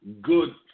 good